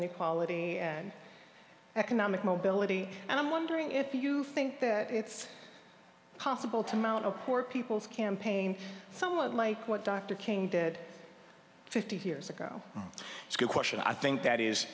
inequality and economic mobility and i'm wondering if you think that it's possible to mount a poor people's campaign some of my what dr king did fifty years ago it's a good question i think that is